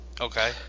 Okay